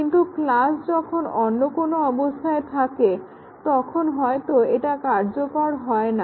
কিন্তু ক্লাস যখন অন্য কোনো অবস্থায় থাকবে তখন হয়তো এটা কার্যকর হবে না